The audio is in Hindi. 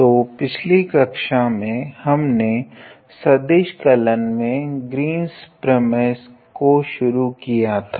तो पिछली कक्षा में हमने सदिश कलन में ग्रीन्स प्रमेय को शुरू किया था